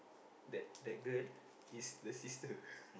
that that girl is the sister